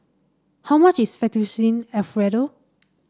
how much is Fettuccine Alfredo